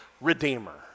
redeemer